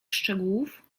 szczegółów